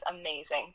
amazing